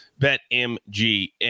BetMGM